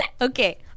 Okay